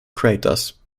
craters